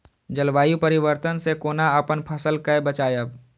जलवायु परिवर्तन से कोना अपन फसल कै बचायब?